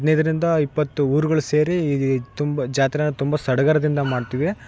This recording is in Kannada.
ಹದಿನೈದ್ರಿಂದ ಇಪ್ಪತ್ತು ಊರುಗಳ್ ಸೇರಿ ಈ ತುಂಬ ಜಾತ್ರೆ ತುಂಬ ಸಡಗರದಿಂದ ಮಾಡ್ತೀವಿ